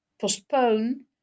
postpone